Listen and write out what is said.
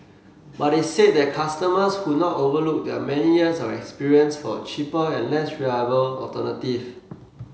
but they said that customers would not overlook their many years of experience for a cheaper and less reliable alternative